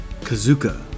Kazuka